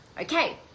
okay